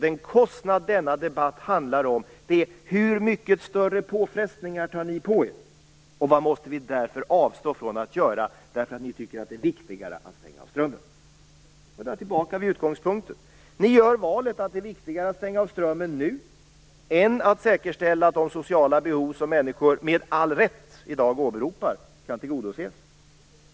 Den kostnad denna debatt handlar om är: Hur mycket större påfrestningar tar ni på er, och vad måste vi avstå från att göra därför att ni tycker att det är viktigare att stänga av strömmen? Då är vi tillbaka vid utgångspunkten. Ni gör valet att det är viktigare att stänga av strömmen nu än att säkerställa att de sociala behov som människor i dag med all rätt åberopar kan tillgodoses.